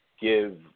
give